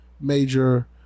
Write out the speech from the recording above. major